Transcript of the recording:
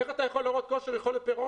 איך אתה יכול להראות כושר יכולת פירעון